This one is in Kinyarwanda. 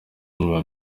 inyuma